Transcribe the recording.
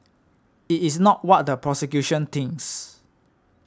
it is not what the prosecution thinks